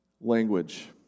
language